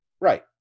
Right